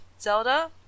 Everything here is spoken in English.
Zelda